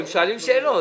הם שואלים שאלות.